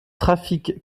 trafic